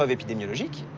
um epidemiological